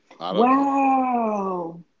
Wow